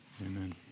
Amen